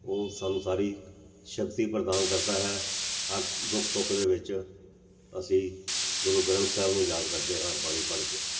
ਉਹ ਸਾਨੂੰ ਸਾਰੀ ਸ਼ਕਤੀ ਪ੍ਰਦਾਨ ਕਰਦਾ ਹੈ ਹਰ ਦੁੱਖ ਸੁੱਖ ਦੇ ਵਿੱਚ ਅਸੀਂ ਗੁਰੂ ਗ੍ਰੰਥ ਸਾਹਿਬ ਨੂੰ ਯਾਦ ਕਰਦੇ ਹਾਂ ਬਾਣੀ ਪੜ੍ਹ ਕੇ